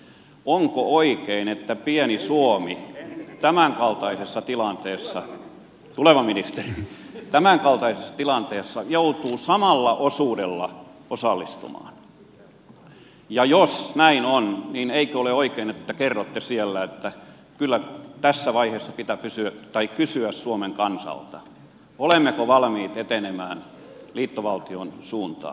onko oikein että pieni suomi tämän kaltaisessa tilanteessa tuleva ministeri joutuu samalla osuudella osallistumaan ja jos näin on niin eikö ole oikein että kerrotte siellä että kyllä tässä vaiheessa pitää kysyä suomen kansalta onko se valmis etenemään liittovaltion suuntaan